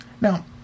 Now